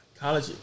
College